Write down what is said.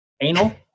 anal